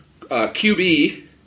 QB